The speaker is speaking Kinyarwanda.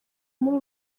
muri